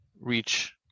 reach